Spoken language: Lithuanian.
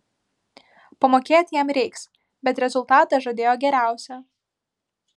pamokėt jam reiks bet rezultatą žadėjo geriausią